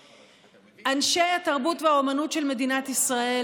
אנשי התרבות והאומנות של מדינת ישראל,